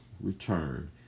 return